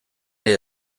nahi